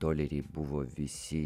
doleriai buvo visi